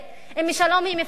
אם משלום היא מפחדת,